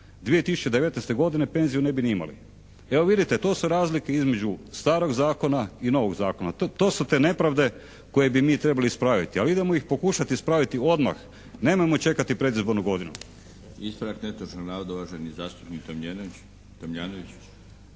2019. godine penziju ne bi ni imali. Evo vidite to su razlike između starog zakona i novog zakona. To su te nepravde koje bi mi trebali ispraviti. Ali idemo ih pokušati ispraviti odmah. Nemojmo čekati predizbornu godinu. **Milinović, Darko (HDZ)** Ispravak netočnog navoda uvaženi zastupnik Tomljenović,